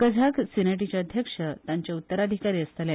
कझाक सिनेटीचे अध्यक्ष तांचे उत्तराधिकारी आसतले